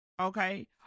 Okay